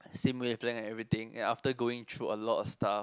same wavelength and everything and after going through a lot of stuff